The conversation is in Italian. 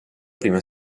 prima